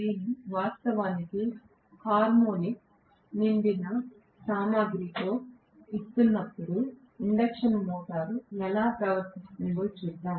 నేను వాస్తవానికి హార్మోనిక్ నిండిన సామాగ్రితో ఇస్తున్నప్పుడు ఇండక్షన్ మోటారు ఎలా ప్రవర్తిస్తుందో చూద్దాం